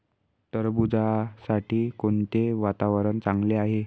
टरबूजासाठी कोणते वातावरण चांगले आहे?